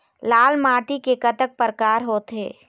लाल माटी के कतक परकार होथे?